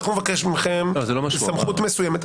אנחנו נבקש מכם סמכות מסוימת.